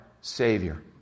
Savior